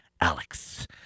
Alex